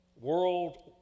world